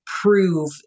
prove